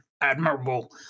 admirable